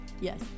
Yes